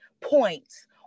points